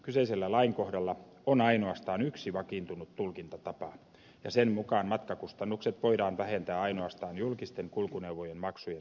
kyseisellä lainkohdalla on ainoastaan yksi vakiintunut tulkintatapa ja sen mukaan matkakustannukset voidaan vähentää ainoastaan julkisten kulkuneuvojen maksujen suuruisina